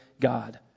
God